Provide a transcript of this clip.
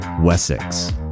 wessex